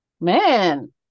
Man